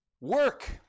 work